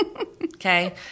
Okay